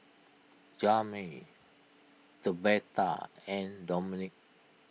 Jami Tabetha and Domenick